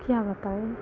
क्या बताएँ